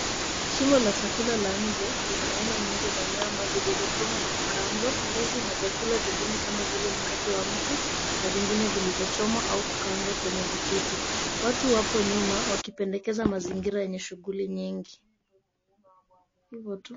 Shimo la chakula la inje lina aina nyingi za nyama zilizo chomwa na kukaangwa, ndizi na vyakula vingine kama mkate wa mti, na vingine vilivyo chomwa au kukaangwa kwenye vijiti. Watu wapo nyuma wakipendekeza mazingira yenye shughuli nyingi hivo tu.